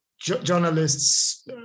journalists